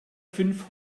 fünf